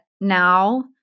now